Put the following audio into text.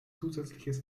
zusätzliches